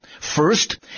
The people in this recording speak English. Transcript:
First